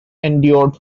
endured